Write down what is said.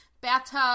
bathtub